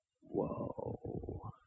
whoa